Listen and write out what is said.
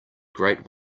great